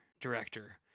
director